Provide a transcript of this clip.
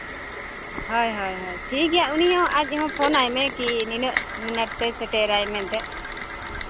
ᱦᱳᱭ ᱦᱳᱭ ᱦᱳᱭ ᱴᱷᱤᱠᱜᱮᱭᱟ ᱩᱱᱤ ᱦᱚᱸ ᱟᱡ ᱦᱚᱸ ᱯᱷᱳᱱᱟᱭ ᱢᱮ ᱠᱤ ᱱᱤᱱᱟᱹᱜ ᱢᱤᱱᱤᱴ ᱛᱮ ᱥᱮᱴᱮᱨᱟᱭ ᱢᱮᱱᱛᱮ